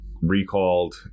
recalled